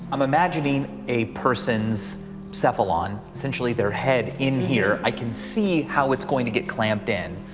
i'm imagining a person's cephalon essentially their head in here, i can see how it's going to get clamped in.